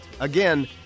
Again